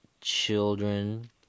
children